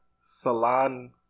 salon